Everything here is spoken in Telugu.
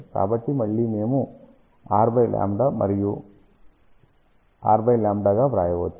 కాబట్టి మళ్ళీ మేము r λ మరియు rλ గా వ్రాయవచ్చు